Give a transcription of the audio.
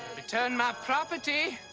return my property,